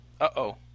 Uh-oh